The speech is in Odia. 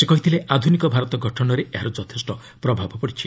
ସେ କହିଥିଲେ ଆଧୁନିକ ଭାରତ ଗଠନରେ ଏହାର ଯଥେଷ୍ଟ ପ୍ରଭାବ ପଡ଼ିଛି